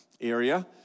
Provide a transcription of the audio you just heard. area